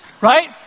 right